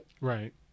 Right